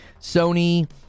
Sony